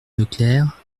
leclerc